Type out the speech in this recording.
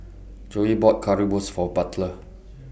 Zoey bought Currywurst For Butler